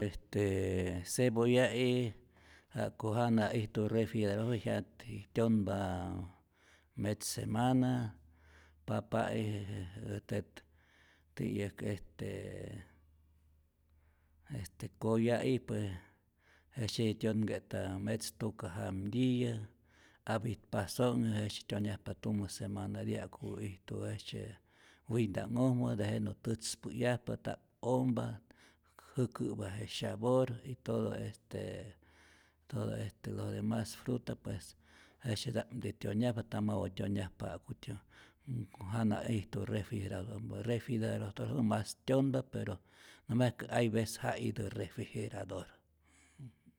Estee cebolla'i ja'ku jana ijtu refrigerador yakti tyonpa metz semana, papa'i tät ti'yäk este, este koya'i pues jejtzyeti tyonke'ta metz tuka jamtyiyä, apit paso'nhi jejtzye tyonyajpa tumä semanatiyä ja'ku ijtu jejtzye winta'nhojmä, tejenä tätzpäyajpa, nta'p ompa, jäkä'pa je syabor, y todo este todo este lo de mas fruta pues jejtzyeta'mti tyonyajpa, nta mau tyonyajpa ja'kutyä nko jana ijtu refrigeradormä, refrigeradortojmä mas tyonpa pero na mas que hay vece ja itä refrigerador.